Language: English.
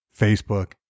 Facebook